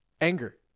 anger